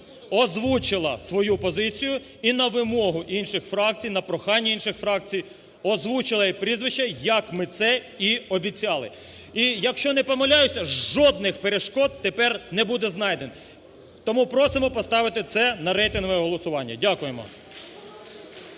озвучила свою позицію і на вимогу інших фракцій, на прохання інших фракцій озвучила прізвища, як ми це і обіцяли. І, якщо не помиляюся, жодних перешкод тепер не буде знайдено. Тому просимо поставити це на рейтингове голосування. Дякуємо.